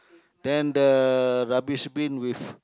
then the rubbish bin with